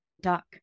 duck